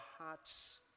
hearts